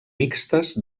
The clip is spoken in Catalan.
mixtes